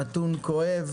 זה נתון כואב